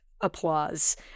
applause